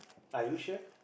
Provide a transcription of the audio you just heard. are you sure